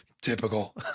Typical